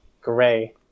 gray